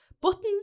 Buttons